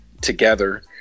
together